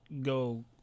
go